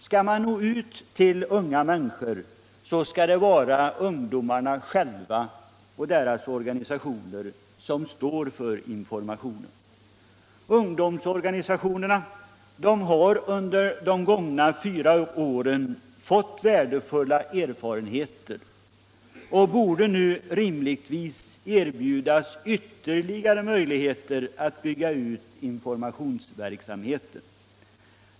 Skall man nå ut till unga människor, så skall det vara ungdomarna själva och deras organisationer som står för informationen. Ungdomsorganisationerna har under de gångna fyra åren fått värdefulla erfarenheter och borde nu rimligtvis erbjudas ytterligare möjligheter att bygga ut informationsverksamheten.